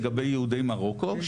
לגבי יהודי מרוקו.